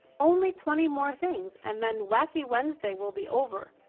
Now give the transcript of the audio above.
only twenty more things and then wacky wednesday will be over.